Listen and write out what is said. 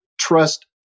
trust